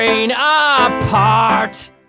apart